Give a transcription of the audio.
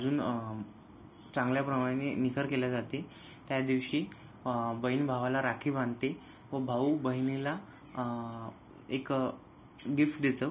अजून चांगल्या प्रमाणे निखर केलं जाते त्या दिवशी बहीण भावाला राखी बांधते व भाऊ बहिणीला एक गिफ्ट देतो